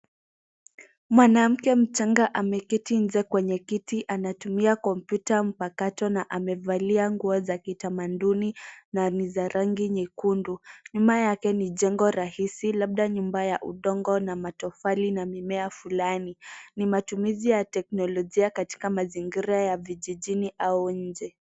Mwanamke mchanga ameketi nje kwenye kiti anatumia kompyuta mpakato na amevalia nguo za kitamaduni na ni za rangi nyekundu. Nyuma yake ni jengo rahisi, labda nyumba ya udongo na matofali na mimea fulani. Ni matumizi ya teknolojia katika mazingira ya vijijini au nje.